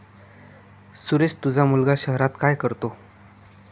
सुरेश तुझा मुलगा शहरात काय करतो